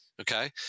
Okay